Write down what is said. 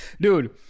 Dude